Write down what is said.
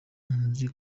nzi